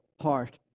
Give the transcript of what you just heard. heart